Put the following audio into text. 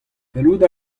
fellout